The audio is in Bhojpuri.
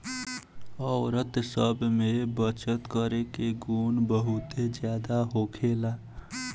औरत सब में बचत करे के गुण बहुते ज्यादा होखेला